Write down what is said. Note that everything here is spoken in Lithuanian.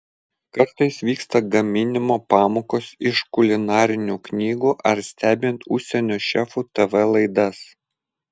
kartais vyksta gaminimo pamokos iš kulinarinių knygų ar stebint užsienio šefų tv laidas